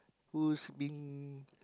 who's been